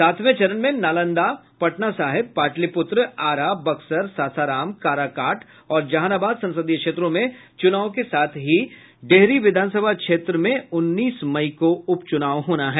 सातवें चरण में नालंदा पटना साहिब पाटलिपुत्र आरा बक्सर सासाराम काराकाट और जहानाबाद संसदीय क्षेत्रों में चूनाव के साथ ही डेहरी विधानसभा क्षेत्र में उन्नीस मई को उपचुनाव होना है